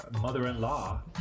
mother-in-law